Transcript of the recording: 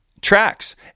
tracks